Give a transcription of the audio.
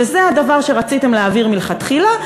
שזה הדבר שרציתם להעביר מלכתחילה,